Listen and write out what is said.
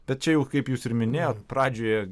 bet čia jau kaip jūs ir minėjot pradžioje